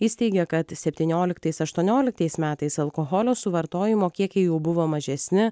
jis teigė kad septynioliktais aštuonioliktais metais alkoholio suvartojimo kiekiai jau buvo mažesni